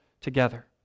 together